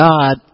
God